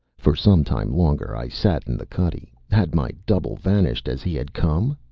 for some time longer i sat in the cuddy. had my double vanished as he had come?